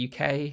UK